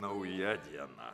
nauja diena